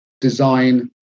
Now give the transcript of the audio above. design